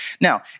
Now